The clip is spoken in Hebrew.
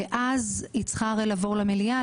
ואז היא צריכה הרי לעבור למליאה.